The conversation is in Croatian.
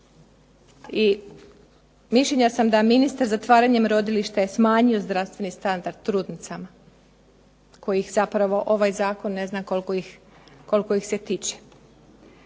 I mišljenja sam da ministar zatvaranjem rodilišta je smanjio znanstveni standard trudnicama kojih zapravo ovaj zakon ne znam koliko ih se tiče.